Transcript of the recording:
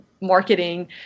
marketing